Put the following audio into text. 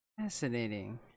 Fascinating